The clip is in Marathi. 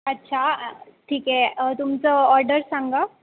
अच्छा ठीक आहे तुमचं ऑर्डर सांगा